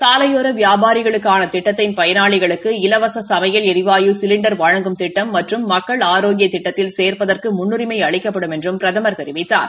சாலையோர வியாபாரிகளுக்கான திட்டத்தின் பயனாளிகளுக்கு இலவச சமையல் ளரிவாயு சிலிண்டர் வழங்கும் திட்டம் மற்றும் மக்கள் ஆரோக்கிய திட்டத்தில் சேர்ப்பதற்கு முன்னுரிமை அளிக்கப்படும் என்றும் பிரதமா தெரிவித்தார்